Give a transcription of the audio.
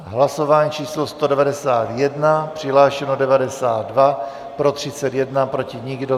Hlasování číslo 191, přihlášeno 92, pro 31, proti nikdo.